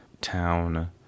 town